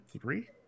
three